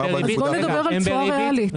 אז בוא נדבר על תשואה ריאלית.